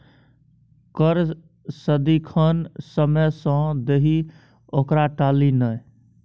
कर सदिखन समय सँ दही ओकरा टाली नै